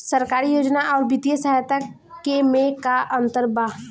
सरकारी योजना आउर वित्तीय सहायता के में का अंतर बा?